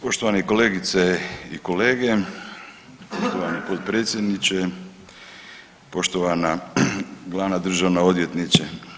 Poštovane kolegice i kolege, poštovani potpredsjedniče, poštovana glavna državna odvjetnice.